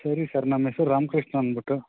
ಸರಿ ಸರ್ ನಮ್ಮ ಹೆಸ್ರು ರಾಮ್ ಕೃಷ್ಣ ಅಂದ್ಬಿಟ್ಟು